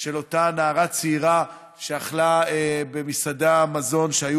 של הנערה הצעירה שאכלה במסעדה מזון שהיו